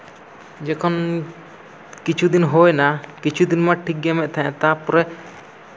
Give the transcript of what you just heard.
ᱡᱚᱠᱷᱚᱱ ᱠᱤᱪᱷᱩ ᱫᱤᱱ ᱦᱩᱭᱱᱟ ᱠᱤᱪᱷᱩ ᱫᱤᱱ ᱢᱟ ᱴᱷᱤᱠᱜᱮ ᱮᱢᱮᱫ ᱛᱟᱦᱮᱸᱫ ᱛᱟᱨᱯᱚᱨᱮ